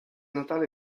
natale